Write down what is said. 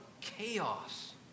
chaos